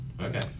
Okay